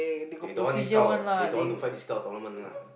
they don't want this kind of they don't want to fight this kind of tournament lah